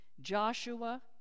Joshua